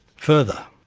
further,